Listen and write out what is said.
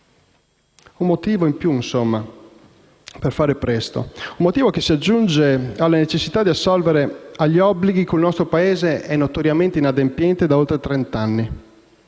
un motivo in più, insomma, per fare presto; un motivo che si aggiunge alla necessità di assolvere agli obblighi cui il nostro Paese è notoriamente inadempiente da oltre trent'anni.